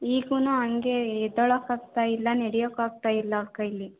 ಈಗಲೂ ಹಾಗೆ ಎದ್ದೋಳೊಕಾಗ್ತಾ ಇಲ್ಲ ನಡಿಯೋಕಾಗ್ತಾ ಇಲ್ಲ ಅವಳ ಕೈಯಲ್ಲಿ